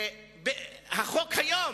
החוק היום